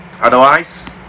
Otherwise